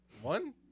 One